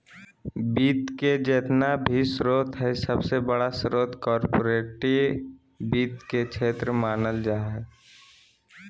वित्त के जेतना भी स्रोत हय सबसे बडा स्रोत कार्पोरेट वित्त के क्षेत्र मानल जा हय